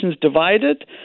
divided